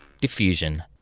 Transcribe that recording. Diffusion